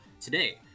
today